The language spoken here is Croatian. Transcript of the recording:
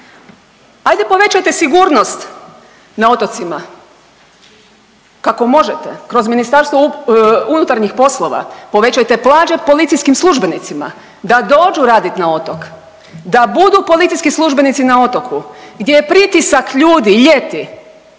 Ajde povećajte sigurnost na otocima kako možete kroz MUP, povećajte plaće policijskim službenicima da dođu radit na otok da budu policijski službenici na otoku gdje je pritisak ljudi ljeti